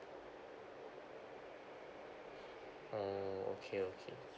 oh okay okay